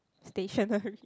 stationery